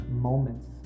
Moments